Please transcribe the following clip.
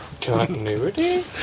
continuity